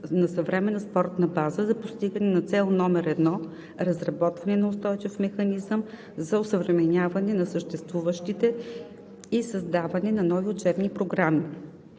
на съвременна спортна база за постигане на цел № 1 „Разработване на устойчив механизъм за осъвременяване на съществуващите и създаване на нови учебни програми.“